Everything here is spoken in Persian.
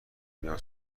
بیام